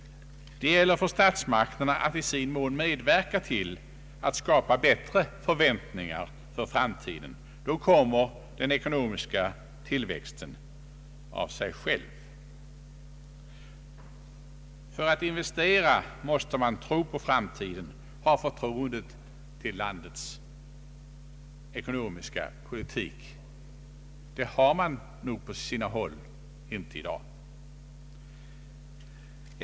Det gäller för statsmakterna att för sin del medverka till att skapa bättre förväntningar på framtiden. Då kommer den ekonomiska tillväxten av sig själv. För att investera måste man tro på framtiden, ha förtroende för landets ekonomiska politik. Det har man på sina håll nog inte i dag.